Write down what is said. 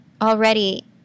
already